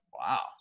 Wow